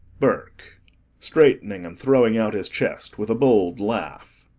burke straightening and throwing out his chest with a bold laugh.